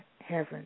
heaven